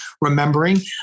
remembering